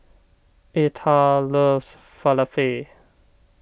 Eartha loves Falafel